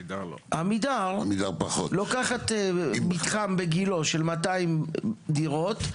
עמידר לוקחת מתחם בגילה של 200 דירות,